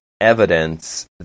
evidence